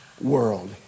world